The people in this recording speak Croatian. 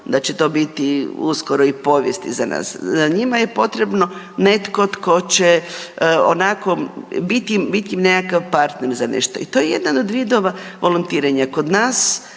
da će to biti uskoro i povijest, iza nas. Njima je potrebno netko će onako, biti im nekakav partner za nešto i to je jedan od vidova volontiranja. Kod nas